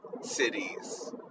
cities